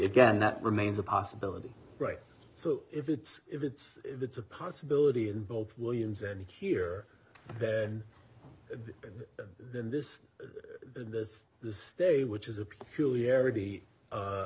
again that remains a possibility right so if it's if it's if it's a possibility in both williams and here and then this this this state which is a peculiarity